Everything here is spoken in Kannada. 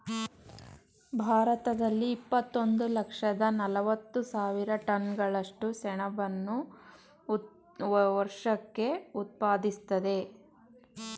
ಭಾರತದಲ್ಲಿ ಇಪ್ಪತ್ತೊಂದು ಲಕ್ಷದ ನಲವತ್ತು ಸಾವಿರ ಟನ್ಗಳಷ್ಟು ಸೆಣಬನ್ನು ವರ್ಷಕ್ಕೆ ಉತ್ಪಾದಿಸ್ತದೆ